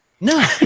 no